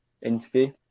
interview